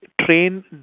train